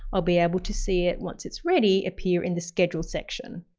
i'll be able to see it once it's ready, appear in the schedule section.